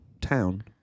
town